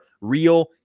real